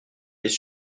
des